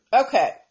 Okay